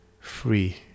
free